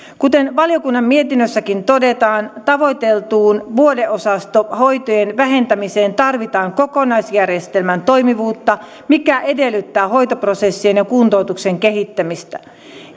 kuten valiokunnan mietinnössäkin todetaan tavoiteltuun vuodeosastohoitojen vähentämiseen tarvitaan kokonaisjärjestelmän toimivuutta mikä edellyttää hoitoprosessien ja kuntoutuksen kehittämistä